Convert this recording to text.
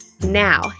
Now